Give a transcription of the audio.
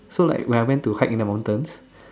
so like when I went to hike in the mountains